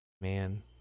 Man